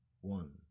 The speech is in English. one